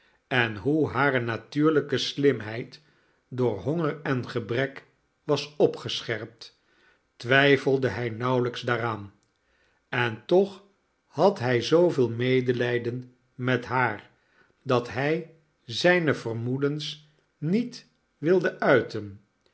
en hoe hare natuurlijke slimheid door honger en gebrek was opgescherpt twijfelde hij nauwelijks daaraan en toch had hij zooveel medelijden met haar dat hij zijne vermoedens niet wilde uiten